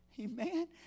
Amen